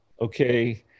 Okay